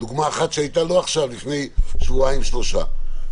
דוגמה שהייתה לפני שבועיים, שלושה.